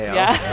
yeah